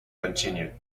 continued